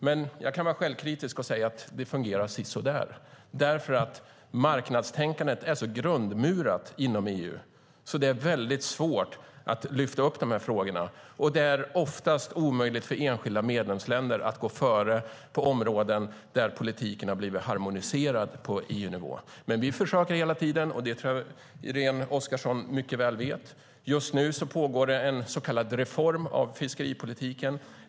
Men jag kan vara självkritisk och säga att det fungerar sisådär, därför att marknadstänkandet är så grundmurat inom EU att det är väldigt svårt att lyfta upp de här frågorna. Det är oftast omöjligt för enskilda medlemsländer att gå före på områden där politiken har blivit harmoniserad på EU-nivå. Men vi försöker hela tiden, och det tror jag att Irene Oskarsson mycket väl vet. Just nu pågår det en så kallad reform av fiskeripolitiken.